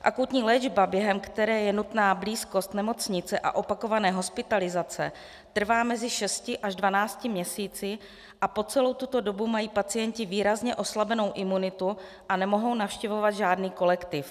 Akutní léčba, během které je nutná blízkost nemocnice a opakované hospitalizace, trvá mezi šesti až dvanácti měsíci a po celou tuto dobu mají pacienti výrazně oslabenou imunitu a nemohou navštěvovat žádný kolektiv.